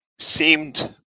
seemed